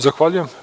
Zahvaljujem.